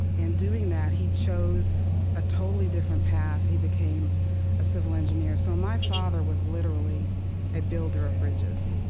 in doing that, he chose a totally different path. he became a civil engineer. so my father was literally a builder of bridges.